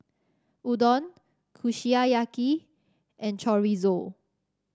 Udon Kushiyaki and Chorizo